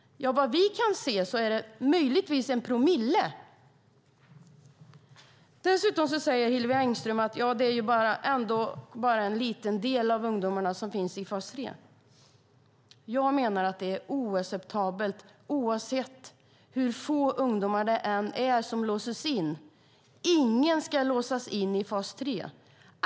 Vad vi kan se är det möjligtvis en promille. Hillevi Engström säger dessutom: Det är ändå bara en liten del av ungdomarna som finns i fas 3. Jag menar att det är oacceptabelt oavsett hur få ungdomar det än är som låses in. Ingen ska låsas in i fas 3.